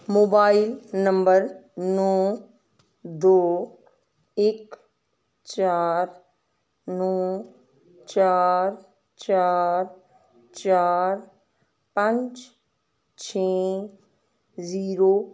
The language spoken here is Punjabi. ਮੋਬਾਈਲ ਨੰਬਰ ਨੌਂ ਦੋ ਇੱਕ ਚਾਰ ਨੌਂ ਚਾਰ ਚਾਰ ਚਾਰ ਪੰਜ ਛੇ ਜ਼ੀਰੋ